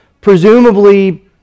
presumably